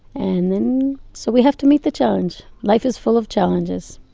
and then, so we have to meet the challenge. life is full of challenges.